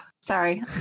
Sorry